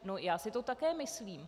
No, já si to také myslím.